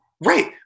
Right